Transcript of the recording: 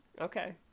Okay